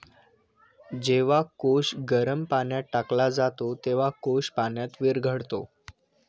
जेव्हा कोश गरम पाण्यात टाकला जातो, तेव्हा कोश पाण्यात विरघळतो